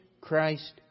Christ